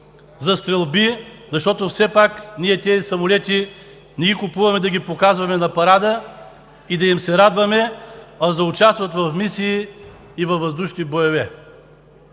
за стрелби, защото все пак тези самолети не ги купуваме да ги показваме на парада и да им се радваме, а за да участват в мисии и във въздушни боеве?